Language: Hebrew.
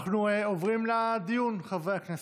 אנחנו עוברים לדיון, חברי הכנסת.